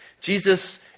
Jesus